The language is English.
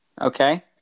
Okay